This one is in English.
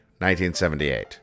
1978